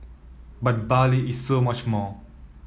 but Bali is so much more